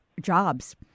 jobs